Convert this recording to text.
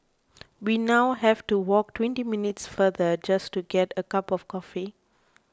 we now have to walk twenty minutes farther just to get a cup of coffee